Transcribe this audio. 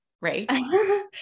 right